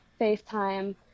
facetime